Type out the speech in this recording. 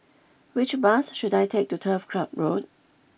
which bus should I take to Turf Club Road